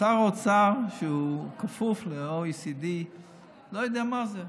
שר אוצר שהוא כפוף ל-OECD לא יודע מה זה.